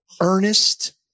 earnest